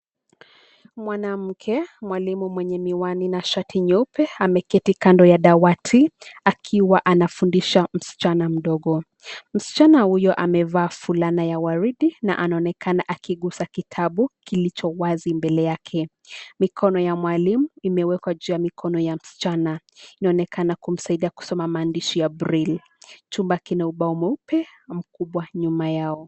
Mwanamke mwalimu mwenye miwani na shati nyeupe ameketi kando ya dawati akiwa anafundisha msichana mdogo. Msichana huyo amevaa fulana ya waridi na anaonekana akigusa kitabu kilicho wazi mbele yake. Mikono ya mwalimu imewekwa juu ya mikono ya msichana, inaonekana kumsaidia kusoma maandishi ya braille . Chumba kina ubao mweupe mkubwa nyuma yao.